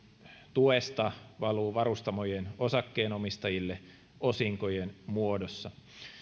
tuesta valuu varustamojen osakkeenomistajille osinkojen muodossa